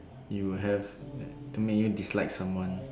you have to make you dislike someone